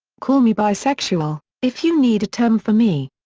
call me bisexual, if you need a term for me.